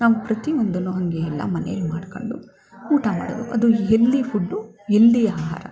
ನಾವು ಪ್ರತಿಯೊಂದೂ ಹಾಗೆ ಎಲ್ಲ ಮನೇಲಿ ಮಾಡ್ಕೊಂಡು ಊಟ ಮಾಡೋದು ಅದು ಹೆಲ್ದಿ ಫುಡ್ಡು ಎಲ್ದಿ ಆಹಾರ